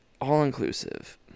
all-inclusive